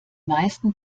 meisten